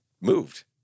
moved